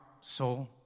soul